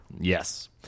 Yes